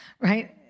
right